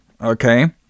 okay